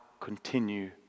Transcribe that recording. continue